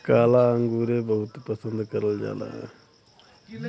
काला अंगुर बहुते पसन्द करल जाला